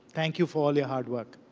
thank you for all your hard work.